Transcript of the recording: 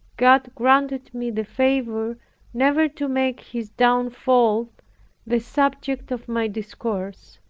god granted me the favor never to make his downfall the subject of my discourse.